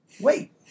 wait